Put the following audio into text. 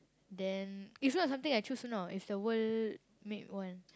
then it's not something I change you know is the world make one